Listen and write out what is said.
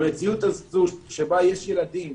המציאות הזו שבה יש ילדים